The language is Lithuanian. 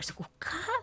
sakau ką